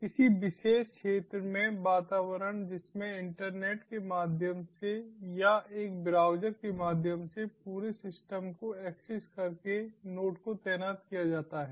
किसी विशेष क्षेत्र में वातावरण जिसमें इंटरनेट के माध्यम से या एक ब्राउज़र के माध्यम से पूरे सिस्टम को एक्सेस करके नोड को तैनात किया जाता है